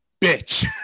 bitch